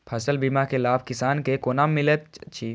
फसल बीमा के लाभ किसान के कोना मिलेत अछि?